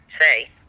say